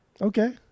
Okay